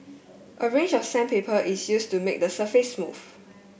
a range of sandpaper is used to make the surface smooth